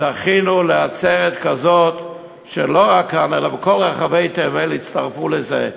זכינו לעצרת כזאת שלא רק כאן אלא בכל רחבי תבל הצטרפו לזה.